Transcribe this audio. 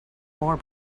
more